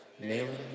nailing